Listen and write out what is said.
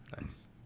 Nice